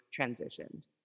transitioned